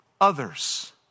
others